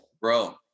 Bro